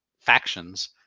factions